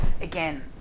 again